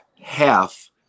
half